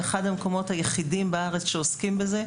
אחד המקומות היחידים בארץ שעוסקים בזה,